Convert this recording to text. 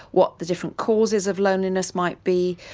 what the different causes of loneliness might be,